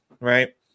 Right